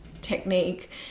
technique